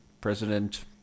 President